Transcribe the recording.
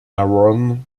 aaron